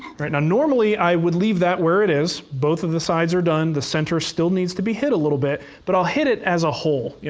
and normally i would leave that where it is. both of the sides are done. the center still needs to be hit a little bit, but i'll hit it as a whole. yeah